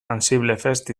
ansiblefest